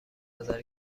نظر